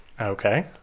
Okay